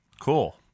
Cool